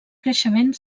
creixement